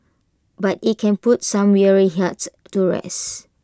but IT can put some weary hearts to rest